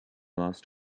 lost